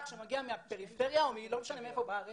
שמגיע מהפריפריה או לא משנה מאיזה מקום בארץ